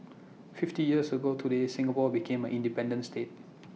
fifty years ago today Singapore became A independent state